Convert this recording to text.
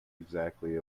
exactly